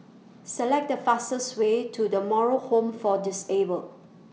Select The fastest Way to The Moral Home For Disabled